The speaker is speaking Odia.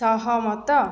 ସହମତ